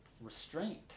restraint